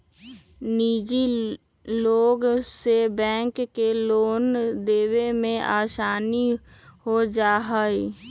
निजी लोग से बैंक के लोन देवे में आसानी हो जाहई